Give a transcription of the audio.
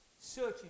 Searching